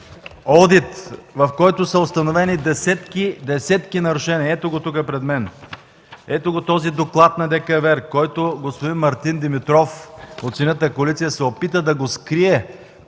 ДКЕВР, в който са установени десетки, десетки нарушения. Ето го пред мен този доклад на ДКЕВР, който господин Мартин Димитров от Синята коалиция се опита да го скрие,